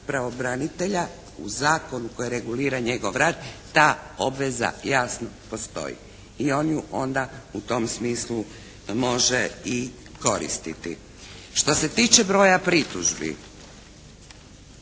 pravobranitelja u zakonu koji regulira njegov rad ta obveza jasno postoji. I on ju onda u tom smislu može i koristiti. Što se tiče broja pritužbi